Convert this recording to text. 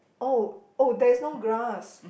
oh oh there's no grass